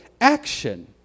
action